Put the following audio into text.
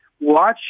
Watch